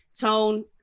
Tone